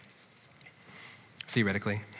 theoretically